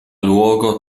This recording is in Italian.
luogo